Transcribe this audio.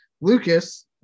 Lucas